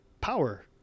power –